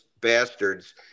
bastards